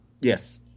Yes